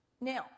Now